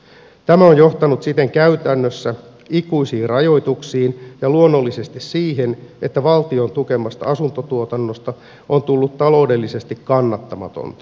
tämä on johtanut siten käytännössä ikuisiin rajoituksiin ja luonnollisesti siihen että valtion tukemasta asuntotuotannosta on tullut taloudellisesti kannattamatonta